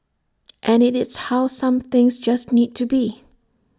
and IT is how some things just need to be